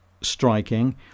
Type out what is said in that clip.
striking